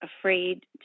afraid